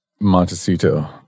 Montecito